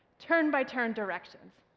turn by turn directions.